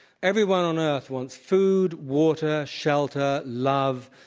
everyone on earth wants food, water, shelter, love,